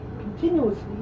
continuously